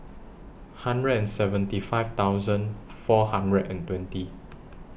hundred and seventy five thousand four hundred and twenty